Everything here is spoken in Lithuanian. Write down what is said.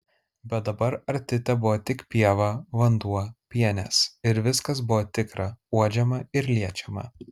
bet dabar arti tebuvo tik pieva vanduo pienės ir viskas buvo tikra uodžiama ir liečiama